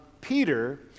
Peter